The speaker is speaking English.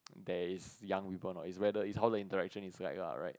there is young people or not it's whether it's how the interaction is like lah right